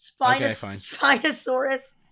Spinosaurus